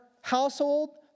household